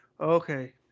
okay